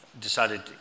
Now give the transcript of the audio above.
decided